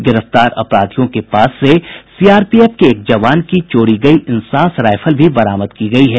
गिरफ्तार अपराधियों के पास से सीआरपीएफ के एक जवान की चोरी गयी इंसास रायफल भी बरामद की गयी है